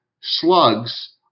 slugs